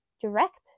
direct